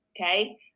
Okay